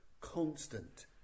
constant